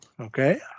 Okay